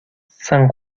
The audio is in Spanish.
san